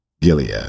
Gilead